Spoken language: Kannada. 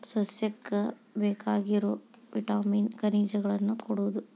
ಸಸ್ಯಕ್ಕ ಬೇಕಾಗಿರು ವಿಟಾಮಿನ್ ಖನಿಜಗಳನ್ನ ಕೊಡುದು